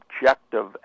objective